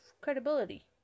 credibility